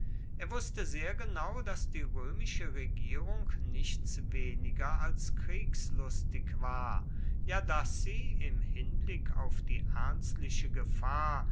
er wußte sehr genau daß die römische regierung nichts weniger als kriegslustig war ja daß sie im hinblick auf die ernstliche gefahr